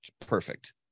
perfect